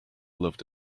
loved